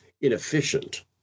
inefficient